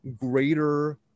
greater